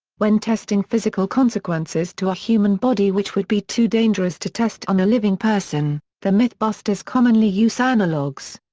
when testing physical consequences to a human body which would be too dangerous to test on a living person, the mythbusters commonly use analogues.